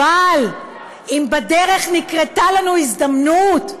אבל אם בדרך נקרתה לנו הזדמנות,